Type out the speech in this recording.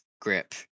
grip